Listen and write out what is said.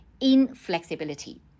inflexibility